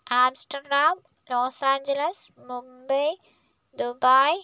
Amsterdam Los Angeles Mumbai Dubai